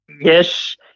Yes